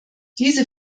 diese